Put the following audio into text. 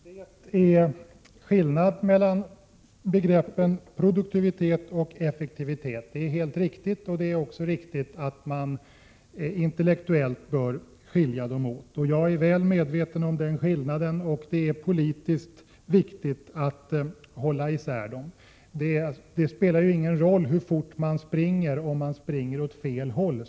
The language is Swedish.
Fru talman! Det är skillnad mellan begreppen produktivitet och effektivitet — det är helt riktigt. Jag är väl medveten om den skillnaden, och det är politiskt viktigt att hålla isär begreppen. Det spelar ingen roll hur fort man springer, om man springer åt fel håll.